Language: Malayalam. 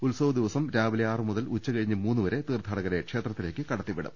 ഉത്സവദിവസം രാവിലെ ആറു മുതൽ ഉച്ചകഴിഞ്ഞ് മൂന്ന് വരെ തീർത്ഥാടകരെ ക്ഷേത്രത്തിലേക്ക് കടത്തിവിടും